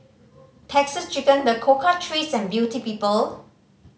Texas Chicken The Cocoa Trees and Beauty People